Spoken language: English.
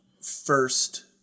first